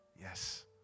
Yes